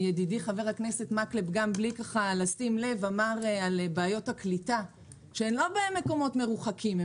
ידידי חבר הכנסת מקלב דיבר על בעיות הקליטה שהן לא במקומות מרוחקים,